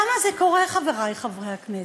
למה זה קורה, חברי חברי הכנסת?